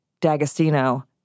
D'Agostino